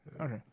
Okay